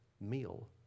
meal